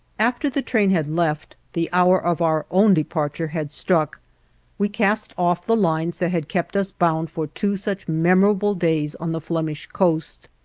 after the train had left, the hour of our own departure had struck we cast off the lines that had kept us bound for two such memorable days on the flemish coast.